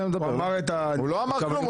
הוא אמר את ה --- הוא לא אמר כלום,